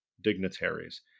dignitaries